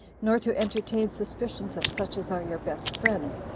nor to entertain suspicions of such as are your best friends,